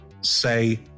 say